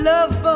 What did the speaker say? Love